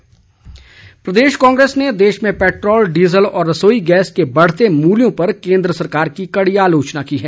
कांग्रेस प्रदेश कांग्रेस ने देश में पैट्रोल डीजल व रसोई गैस के बढ़ते मुल्यों पर केंद्र सरकार की कड़ी आलोचना की है